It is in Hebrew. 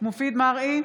מופיד מרעי,